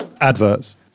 Adverts